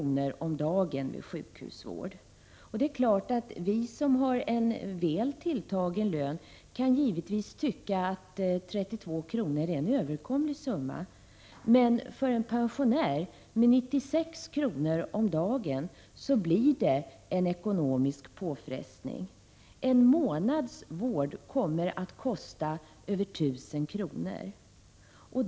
om dagen vid sjukhusvård. Givetvis kan vi som har en väl tilltagen lön tycka att 32 kr. är en överkomlig summa. Men för en pensionär, med 96 kr. om dagen, blir det en ekonomisk påfrestning. En månads vård kommer att kosta över 1 000 kr.